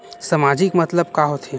सामाजिक मतलब का होथे?